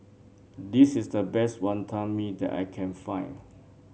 this is the best Wantan Mee that I can find